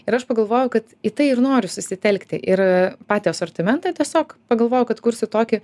ir aš pagalvojau kad į tai ir noriu susitelkti ir patį asortimentą tiesiog pagalvojau kad kursiu tokį